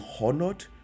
honored